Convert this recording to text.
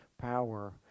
power